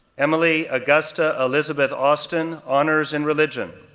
emily augusta elizabeth austin, honors in religion,